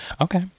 okay